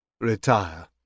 Retire